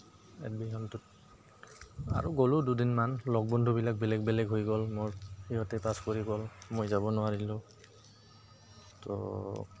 এডমিশ্যনটোত আৰু গ'লোঁ দুদিনমান লগ বন্ধুবিলাক বেলেগ বেলেগ হৈ গ'ল মোৰ সিহঁতে পাছ কৰি গ'ল মই যাব নোৱাৰিলোঁ তো